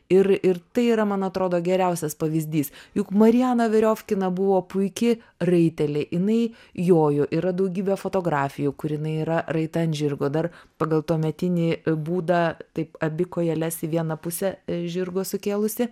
ir ir tai yra man atrodo geriausias pavyzdys juk mariana veriofkina buvo puiki raitelė inai jojo yra daugybė fotografijų kur jinai yra raita ant žirgo dar pagal tuometinį būdą taip abi kojeles į vieną pusę žirgo sukėlusi